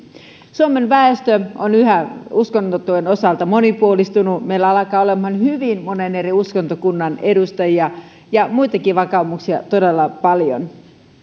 suomen väestö on uskontojen osalta yhä monipuolistuneempi meillä alkaa olemaan hyvin monen eri uskontokunnan edustajia ja muitakin vakaumuksia todella paljon